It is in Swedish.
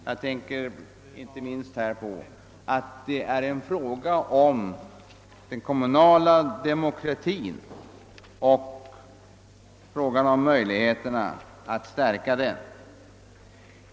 Jag tänker inte minst på att det är en fråga om den kommunala demokratin och en fråga om möjligheterna att stärka den.